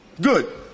Good